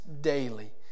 daily